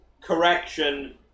correction